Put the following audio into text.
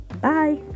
Bye